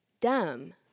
dumb